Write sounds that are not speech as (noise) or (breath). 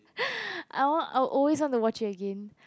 (breath) I want I always want to watch it again